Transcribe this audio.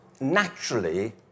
naturally